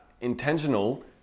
intentional